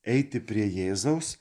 eiti prie jėzaus